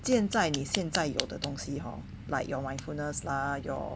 建在你现在有的东西 hor like your mindfulness lah your